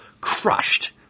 crushed